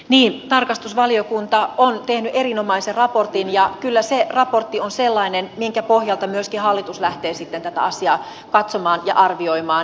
niin tarkastusvaliokunta on tehnyt erinomaisen raportin ja kyllä se raportti on sellainen minkä pohjalta myöskin hallitus lähtee tätä asiaa katsomaan ja arvioimaan